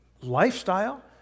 lifestyle